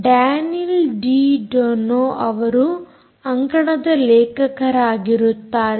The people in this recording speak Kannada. ಡ್ಯಾನಿಲೋ ಡಿ ಡೊನ್ನೂ ಅವರು ಅಂಕಣದ ಲೇಖಕರಾಗಿರುತ್ತಾರೆ